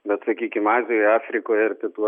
bet sakykim azijoj afrikoj ar pietų